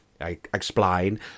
Explain